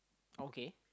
okay